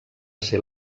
ser